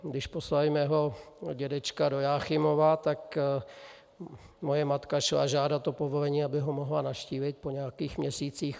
Když poslali mého dědečka do Jáchymova, tak moje matka šla žádat o povolení, aby ho mohla navštívit po nějakých měsících.